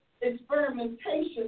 experimentation